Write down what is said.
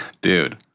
Dude